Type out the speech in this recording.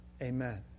Amen